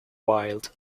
wild